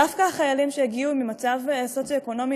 דווקא החיילים שהגיעו ממצב סוציו-אקונומי